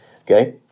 okay